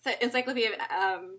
encyclopedia